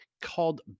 called